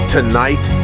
Tonight